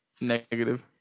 Negative